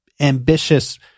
ambitious